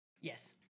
Yes